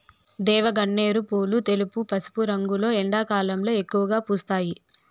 దేవగన్నేరు పూలు తెలుపు, పసుపు రంగులో ఎండాకాలంలో ఎక్కువగా పూస్తాయి